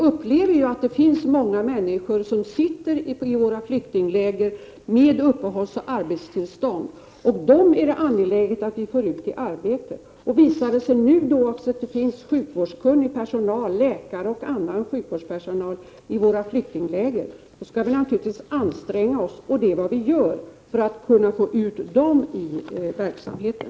Det finns många människor i våra flyktingläger som har uppehållsoch arbetstillstånd, och dem är det angeläget att få ut i arbete. Visar det sig nu att det finns sjukvårdskunnig personal, t.ex. läkare, i flyktinglägren skall vi naturligtvis anstränga oss — och det är vad vi gör — för att få ut dem i verksamheten.